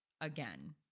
Again